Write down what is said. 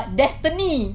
destiny